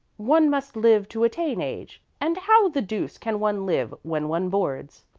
one must live to attain age, and how the deuce can one live when one boards?